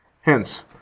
Hence